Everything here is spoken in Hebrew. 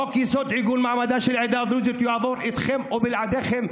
חוק-יסוד עיגון מעמדה של העדה הדרוזית יעבור איתכם או בלעדיכם,